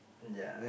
ya